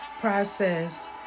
process